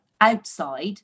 outside